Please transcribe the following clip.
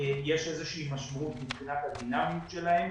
איזושהי משמעות מבחינת הדינמיות שלהם.